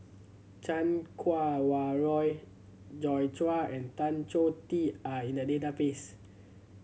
Chan Kua Wah Roy Joi Chua and Tan Choh Tee are in the database